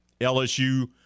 LSU